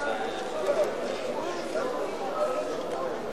שלהם אי-אפשר לתבוע אותם על הדבר הזה.